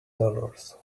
dollars